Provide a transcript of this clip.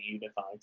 unified